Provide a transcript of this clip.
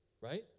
Right